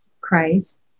Christ